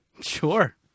Sure